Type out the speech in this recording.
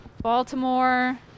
Baltimore